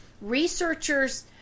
researchers